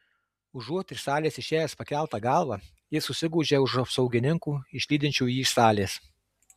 užuot iš salės išėjęs pakelta galva jis susigūžia už apsaugininkų išlydinčių jį iš salės